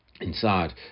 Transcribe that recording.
inside